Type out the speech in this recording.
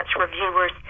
reviewers